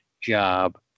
job